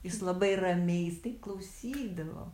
jis labai ramiai jis taip klausydavo